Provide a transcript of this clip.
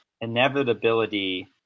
inevitability